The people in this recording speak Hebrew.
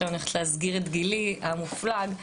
אני הולכת להסגיר את גילי המופלג,